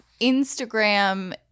Instagram